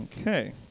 Okay